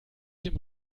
dem